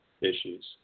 issues